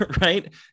right